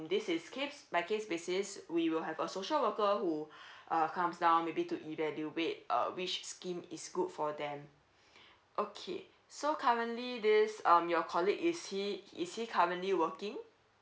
this is case by case basis we will have a social worker who uh comes down maybe to evaluate uh which scheme is good for them okay so currently this um your colleague is he is he currently working